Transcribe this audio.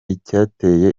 icyateye